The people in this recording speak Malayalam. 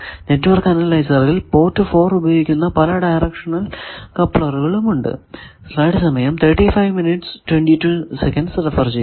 നെറ്റ്വർക്ക് അനലൈസറിൽ പോർട്ട് 4 ഉപയോഗിക്കുന്ന പല ഡയറക്ഷണൽ കപ്ലർ ഉണ്ട്